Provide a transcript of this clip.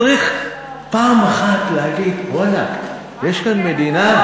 צריך פעם אחת, להגיד, וואלכ, יש כאן מדינה,